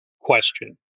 question